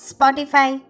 Spotify